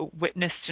witnessed